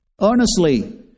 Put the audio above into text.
earnestly